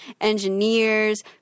engineers